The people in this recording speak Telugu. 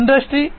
ఇండస్ట్రీ 4